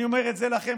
ואני אומר את זה לכם,